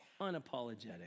unapologetic